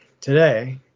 today